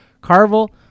Carvel